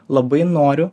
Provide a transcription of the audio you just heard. labai noriu